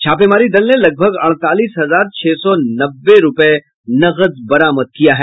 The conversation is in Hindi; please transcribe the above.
छापेमारी दल ने लगभग अड़तालीस हजार छह सौ नब्बे रूपये नकद भी बरामद किया है